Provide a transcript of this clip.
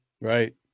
Right